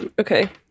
Okay